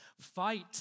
fight